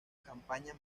campaña